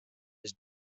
his